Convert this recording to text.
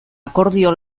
akordio